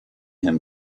him